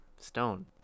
Stone